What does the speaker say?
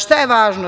Šta je važno?